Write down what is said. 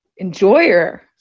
Enjoyer